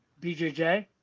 BJJ